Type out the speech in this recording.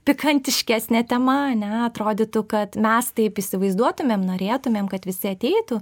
pikantiškesnė tema ane atrodytų kad mes taip įsivaizduotumėm norėtumėm kad visi ateitų